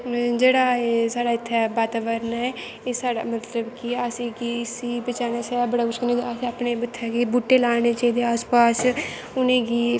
जेह्ड़ा एह् इत्थें साढ़ा बाताबरन ऐ एह् साढ़ै इसें मतलव कि बचानै आस्तै बड़ा कुश असें अपने बूह्टे लानें चाही दे अल पाल उनेंगी